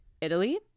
Italy